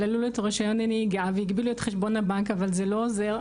שללו לו את רישיון הנהיגה והגבילו את חשבון הבנק וזה לא עוזר,